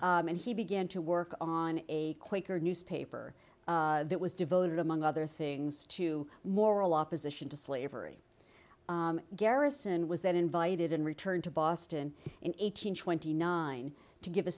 and he began to work on a quaker newspaper that was devoted among other things to moral opposition to slavery garrison was then invited and returned to boston in eight hundred twenty nine to give a